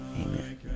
Amen